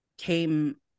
Came